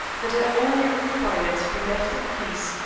that i only require to be left in peace,